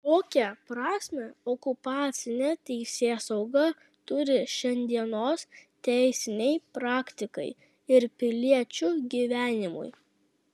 kokią prasmę okupacinė teisėsauga turi šiandienos teisinei praktikai ir piliečių gyvenimui